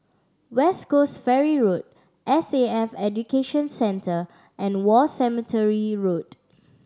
West Coast Ferry Road S A F Education Centre and War Cemetery Road